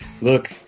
look